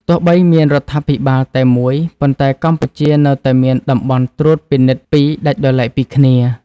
ទោះបីមានរដ្ឋាភិបាលតែមួយ ប៉ុន្តែកម្ពុជានៅតែមានតំបន់ត្រួតពិនិត្យពីរដាច់ដោយឡែកពីគ្នា។